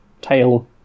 tail